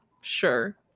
sure